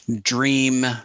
dream